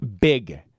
big